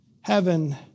heaven